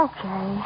Okay